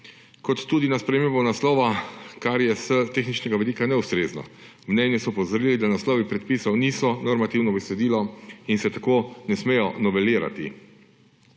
in tudi na spremembo naslova, kar je s tehničnega vidika neustrezno. V mnenju so opozorili, da naslovi predpisov niso normativno besedilo in se tako ne smejo novelirati.